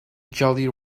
jolly